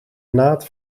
naad